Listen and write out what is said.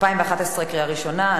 התשע"ב 2011, בקריאה ראשונה.